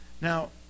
Now